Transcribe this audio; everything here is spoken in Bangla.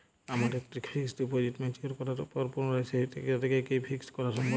আমার একটি ফিক্সড ডিপোজিট ম্যাচিওর করার পর পুনরায় সেই টাকাটিকে কি ফিক্সড করা সম্ভব?